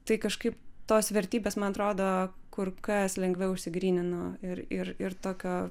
tai kažkaip tos vertybės man atrodo kur kas lengviau išsigrynino ir ir ir tokio